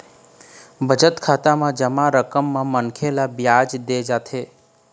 बचत खाता म जमा रकम म मनखे ल बियाज दे जाथे